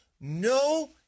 no